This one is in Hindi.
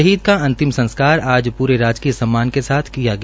शहीद का अंतिम संस्कार आज पूरे राजकीय सममान के साथ किया गया